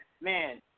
man